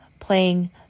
playing